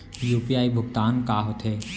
UPI भुगतान का होथे?